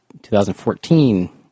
2014